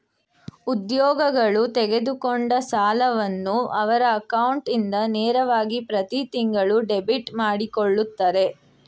ಉದ್ಯೋಗಗಳು ತೆಗೆದುಕೊಂಡ ಸಾಲವನ್ನು ಅವರ ಅಕೌಂಟ್ ಇಂದ ನೇರವಾಗಿ ಪ್ರತಿತಿಂಗಳು ಡೆಬಿಟ್ ಮಾಡಕೊಳ್ಳುತ್ತರೆ